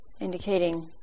indicating